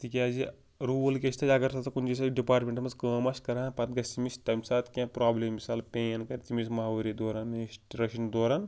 تِکیٛازِ روٗل کیٛاہ چھِ تَتہِ اَگر ہسا سۄ کُنہِ تہِ جایہِ ڈِپارٹمیٚنٹَن منٛز کٲم آسہِ کران پَتہٕ گژھہِ تٔمِس تَمہِ ساتہٕ کیٚنٛہہ پرٛابلِم مثال پین کَرِ تٔمِس ماہوٲری دوران میٚنِسٹرٛیشَن دوران